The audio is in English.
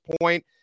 point